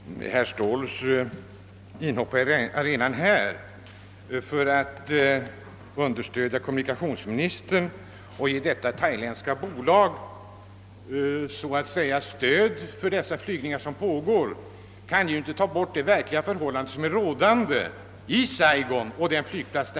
Herr talman! Herr Ståhls inhopp på arenan för att stödja kommunikationsministern och för att så att säga ge det thailändska bolaget stöd för de flygningar som pågår kan ju ändå inte ändra på de förhållanden som råder i luftrummet över Saigon.